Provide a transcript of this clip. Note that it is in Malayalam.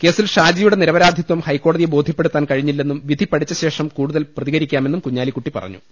കേസിൽ ഷാജി യുടെ നിരപരാധിത്വം ഹൈക്കോടതിയെ ബോധൃപ്പെടുത്താൻ കഴി ഞ്ഞില്ലെന്നും വിധി പഠിച്ച ശേഷം കൂടുതൽ പ്രതികരിക്കാമെന്നും കുഞ്ഞാലിക്കുട്ടി പറഞ്ഞു